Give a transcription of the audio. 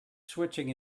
switching